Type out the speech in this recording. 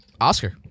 Oscar